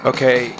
Okay